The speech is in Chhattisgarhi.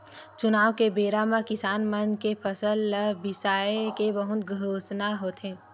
चुनाव के बेरा म किसान मन के फसल ल बिसाए के बहुते घोसना होथे